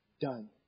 Done